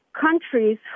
countries